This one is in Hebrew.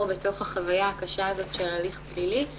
בתוך החוויה הקשה הזאת של הליך פלילי.